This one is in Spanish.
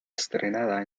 estrenada